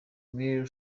miley